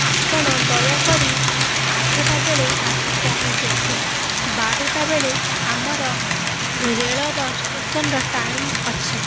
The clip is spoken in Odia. ଆପଣ ଦୟାକରି ଆଠଟା ବେଳେ ଆସି ପହଞ୍ଚନ୍ତୁ ବାରଟା ବେଳେ ଆମର ରେଳର ଷ୍ଟେସନର ଟାଇମ୍ ଅଛି